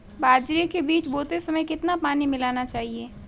बाजरे के बीज बोते समय कितना पानी मिलाना चाहिए?